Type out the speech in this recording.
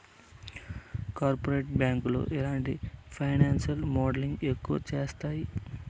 corporate బ్యాంకులు ఇలాంటి financial modelling ఎక్కువ చేత్తాయి